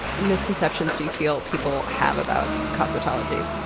misconceptions do you feel people have about cosmetology?